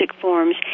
forms